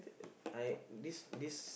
I this this